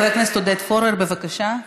חבר הכנסת עודד פורר, בבקשה.